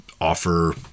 offer